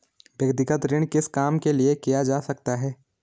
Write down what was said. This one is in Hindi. व्यक्तिगत ऋण किस काम के लिए किया जा सकता है?